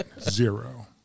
zero